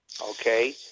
Okay